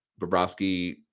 Bobrovsky